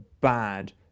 bad